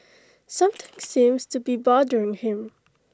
something seems to be bothering him